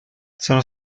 sono